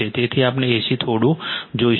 તેથી આપણે AC થોડું જોઈશું